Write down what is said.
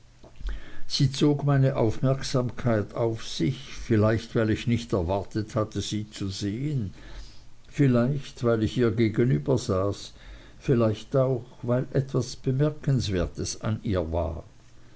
sie zog meine aufmerksamkeit auf sich vielleicht weil ich nicht erwartet hatte sie zu sehen vielleicht weil ich ihr gegenüber saß vielleicht auch weil etwas bemerkenswertes an ihr war